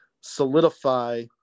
solidify